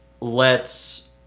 lets